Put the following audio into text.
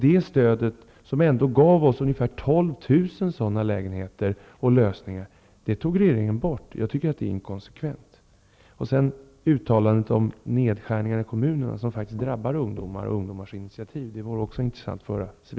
Det stöd som gav oss ungefär 12 000 sådana lägenheter tog regeringen bort. Jag tycker att det är inkonsekvent. Det vore också intressant att få civilministerns kommentar till nedskärningarna i kommunerna vilka faktiskt drabbar ungdomar och ungdomars initiativ.